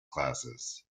classes